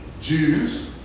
Jews